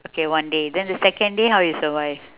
okay one day then the second day how you survive